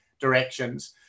directions